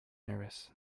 nervous